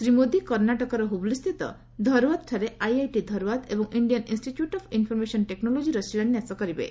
ଶ୍ରୀ ମୋଦି କର୍ଣ୍ଣାଟକରେ ହୁବୁଲିସ୍ଥିତ ଧରଓ୍ୱାଦଠାରେ ଆଇଆଇଟି ଧରଓ୍ୱାଦ ଏବଂ ଇଣ୍ଡିଆନ ଇନ୍ଷ୍ଟିଚ୍ୟୁଟ ଅଫ ଇନଫରମେଶନ ଟେକ୍ନୋଲୋଜିର ଶିଳାନ୍ୟାସ କରିବେ